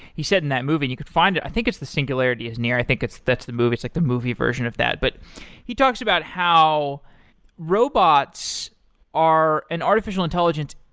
he said in that movie, and you could find it. i think it's the singularity is near. i think that's the movie, it's like the movie version of that. but he talks about how robots are an artificial intelligence.